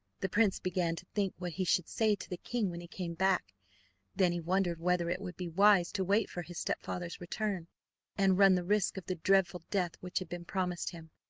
the prince began to think what he should say to the king when he came back then he wondered whether it would be wise to wait for his stepfather's return and run the risk of the dreadful death which had been promised him.